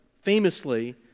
famously